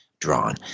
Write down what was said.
drawn